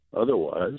otherwise